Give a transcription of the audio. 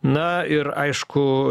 na ir aišku